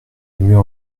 mieux